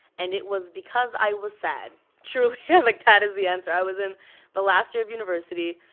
and it was because i was sad. truly, yeah like that is the answer. i was in the last year of university,